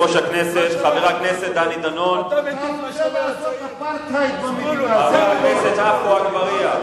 חבר הכנסת עפו אגבאריה,